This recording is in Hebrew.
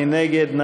מי נגד?